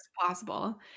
possible